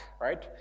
right